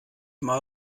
mal